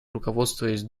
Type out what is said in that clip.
руководствуясь